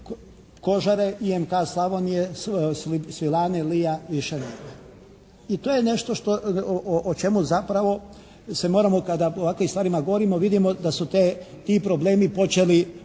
kožare, IMK Slavonije, Svilane, LIO-a više nema. I to je nešto što, o čemu zapravo se moramo kada o ovakvim stvarima govorimo vidimo da su te, ti problemi počeli doista